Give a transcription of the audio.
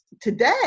Today